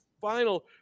final